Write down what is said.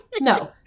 No